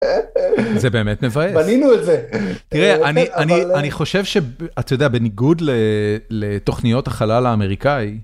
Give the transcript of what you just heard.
זה באמת מבאס, תראה אני חושב שאתה יודע, בניגוד לתוכניות החלל האמריקאי.